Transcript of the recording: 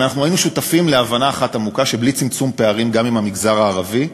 אבל היינו שותפים להבנה אחת עמוקה: בלי צמצום פערים גם עם המגזר הערבי,